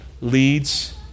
leads